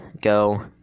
go